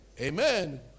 Amen